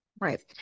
Right